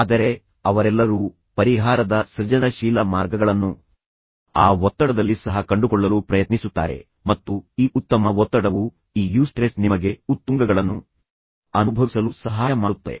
ಆದರೆ ಅವರೆಲ್ಲರೂ ಪರಿಹಾರದ ಸೃಜನಶೀಲ ಮಾರ್ಗಗಳನ್ನು ಆ ಒತ್ತಡದಲ್ಲಿ ಸಹ ಕಂಡುಕೊಳ್ಳಲು ಪ್ರಯತ್ನಿಸುತ್ತಾರೆ ಮತ್ತು ಈ ಉತ್ತಮ ಒತ್ತಡವು ಈ ಯೂಸ್ಟ್ರೆಸ್ ನಿಮಗೆ ಉತ್ತುಂಗಗಳನ್ನು ಅನುಭವಿಸಲು ಸಹಾಯ ಮಾಡುತ್ತದೆ